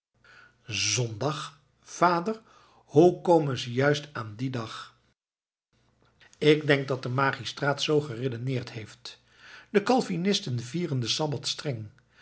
zondag vader hoe komen ze juist aan dien dag ik denk dat de magistraat z geredeneerd heeft de calvinisten vieren den sabbat streng